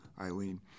Eileen